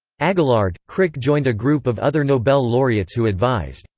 aguillard, crick joined a group of other nobel laureates who advised,